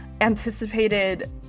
anticipated